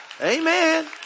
Amen